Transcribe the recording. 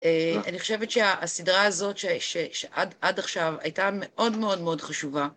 אני חושבת שהסדרה הזאת שעד עכשיו הייתה מאוד מאוד מאוד חשובה.